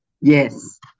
Yes